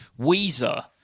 Weezer